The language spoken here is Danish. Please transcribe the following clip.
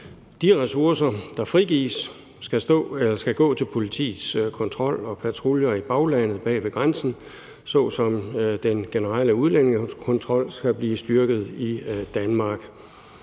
De ressourcer, der frigives, skal gå til politiets kontrol og patruljer i baglandet bag ved grænsen, ligesom den generelle udlændingekontrol bliver styrket i Danmark.